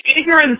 ignorance